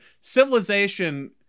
civilization